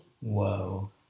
Whoa